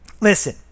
listen